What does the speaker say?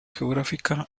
geográfica